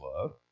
love